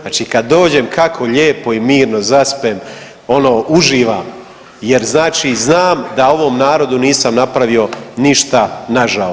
Znači kad dođem kako lijepo i mirno zaspem, ono uživam jer znači znam da ovom narodu nisam napravio ništa nažao.